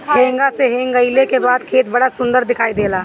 हेंगा से हेंगईले के बाद खेत बड़ा सुंदर दिखाई देला